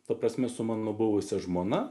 ta prasme su mano buvusia žmona